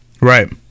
Right